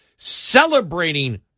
Celebrating